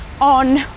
on